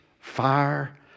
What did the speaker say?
fire